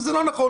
זה לא נכון.